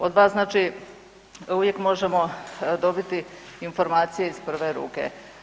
Od vas znači uvijek možemo dobiti informacije iz prve ruke.